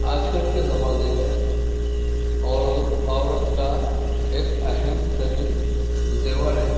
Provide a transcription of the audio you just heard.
آج کل کے زمانے میں عورو عورت کا ایک اہم ترین زیور ہے